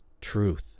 truth